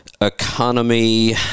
economy